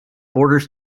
borders